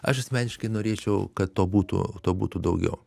aš asmeniškai norėčiau kad to būtų to būtų daugiau